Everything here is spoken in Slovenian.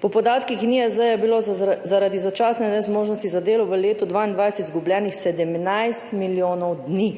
Po podatkih NIJZ je bilo zaradi začasne nezmožnosti za delo v letu 2022 izgubljenih 17 milijonov dni.